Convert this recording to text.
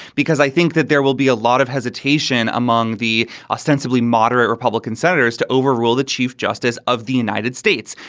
because i think that there will be a lot of hesitation among the ostensibly moderate republican senators to overrule the chief justice of the united states,